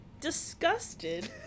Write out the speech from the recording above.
disgusted